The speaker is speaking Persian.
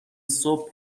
صبح